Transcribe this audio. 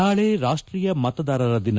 ನಾಳೆ ರಾಷ್ಟೀಯ ಮತದಾರರ ದಿನ